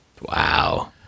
Wow